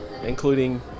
including